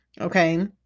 Okay